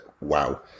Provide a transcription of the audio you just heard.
wow